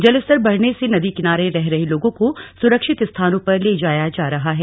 जलस्तर बढ़ने से नदी किनारे रह रहे लोगों को सुरक्षित स्थानों पर ले जाया जा रहा है